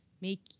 make